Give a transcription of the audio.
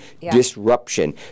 disruption